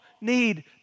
need